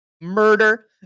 murder